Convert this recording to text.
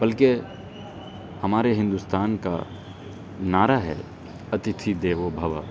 بلکہ ہمارے ہندوستان کا نعرہ ہے اتیتھی دیوو بھوا